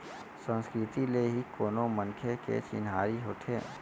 संस्कृति ले ही कोनो मनखे के चिन्हारी होथे